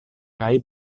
kaj